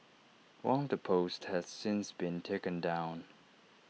one of the posts has since been taken down